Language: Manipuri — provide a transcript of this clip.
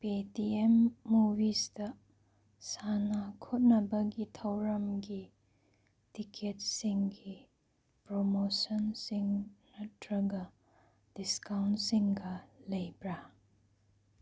ꯄꯦ ꯇꯤ ꯑꯦꯝ ꯃꯨꯕꯤꯁꯇ ꯁꯥꯟꯅ ꯈꯣꯠꯅꯕꯒꯤ ꯊꯧꯔꯝꯒꯤ ꯇꯤꯛꯀꯦꯠꯁꯤꯡꯒꯤ ꯄ꯭ꯔꯃꯣꯁꯟꯁꯤꯡ ꯅꯠꯇ꯭ꯔꯒ ꯗꯤꯁꯀꯥꯎꯟꯁꯤꯡꯒ ꯂꯩꯕ꯭ꯔꯥ